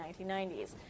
1990s